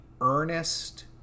earnest